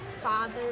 father